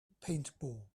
paintball